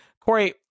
Corey